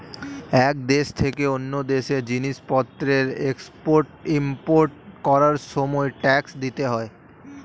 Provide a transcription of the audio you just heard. এক দেশ থেকে অন্য দেশে জিনিসপত্রের এক্সপোর্ট ইমপোর্ট করার সময় ট্যাক্স দিতে হয়